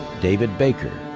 david baker.